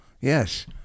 Yes